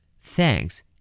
thanks